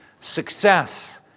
success